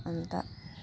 अन्त